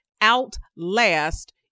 outlast